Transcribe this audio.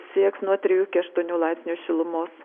sieks nuo trijų iki aštuonių laipsnių šilumos